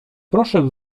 proszę